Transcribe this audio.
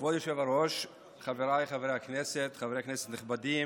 היושב-ראש, חבריי חברי הכנסת, חברי כנסת נכבדים,